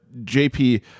jp